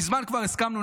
מזמן כבר הסכמנו,